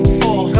four